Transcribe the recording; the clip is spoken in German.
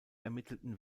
ermittelten